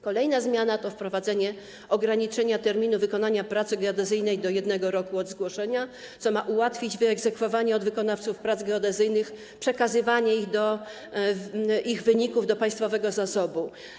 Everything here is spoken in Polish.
Kolejna zmiana to wprowadzenie ograniczenia terminu wykonania pracy geodezyjnej do 1 roku od zgłoszenia, co ma ułatwić wyegzekwowanie od wykonawców prac geodezyjnych przekazywania ich wyników do państwowego zasobu.